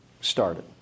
started